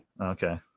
Okay